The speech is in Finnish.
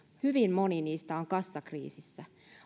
hyvin moni niistä on kassakriisissä